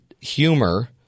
humor